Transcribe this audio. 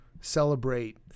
Celebrate